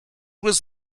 was